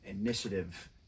initiative